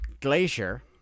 Glacier